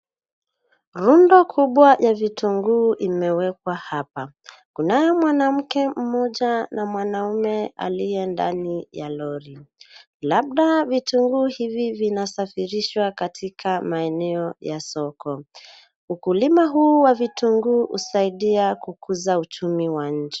Rundo kubwa ya vitunguu imewekwa hapa. Kunaye mwanamke mmoja na mwanaume aliye ndani ya Lori. Labda vitunguu hivi vinasafirishwa katika maeneo ya soko. Ukulima huu wa vitunguu husaidia kukuza uchumi wa nchi.